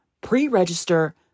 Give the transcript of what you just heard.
pre-register